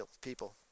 people